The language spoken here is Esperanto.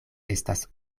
estas